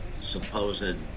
supposed